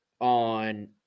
on